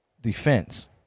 defense